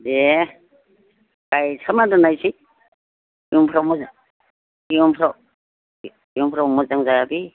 देह गायसोमना दोननोसै उनफ्राव मोजां इयुनफ्राव मोजां जाया बि